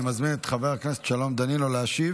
אני מזמין את חבר הכנסת שלום דנינו להשיב.